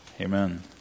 Amen